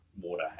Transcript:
water